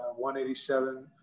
187